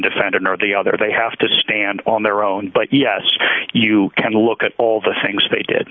defendant or the other they have to stand on their own but yes you can look at all the things they did